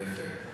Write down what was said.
תודה.